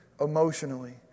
emotionally